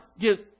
gives